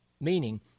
meaning